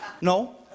No